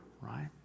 right